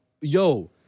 yo